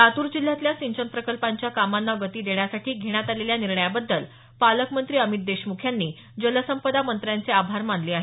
लातूर जिल्ह्यातल्या सिंचन प्रकल्पांच्या कामाना गती देण्यासाठी घेण्यात आलेल्या निर्णयाबद्दल पालकमंत्री अमित देशमुख यांनी जलसंपदा मंत्र्यांचे आभार मानले आहेत